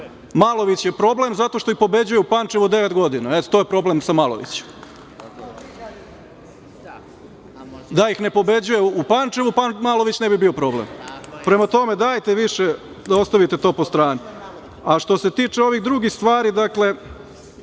dokaza. Malović je problem zato što ih pobeđuje u Pančevu devet godina. Eto, to je problem sa Malovićem. Da ih ne pobeđuje u Pančevu, Malović ne bi bio problem. Prema tome, dajte više, ostavite to po strani. Što se tiče ovih drugih stvari, dakle,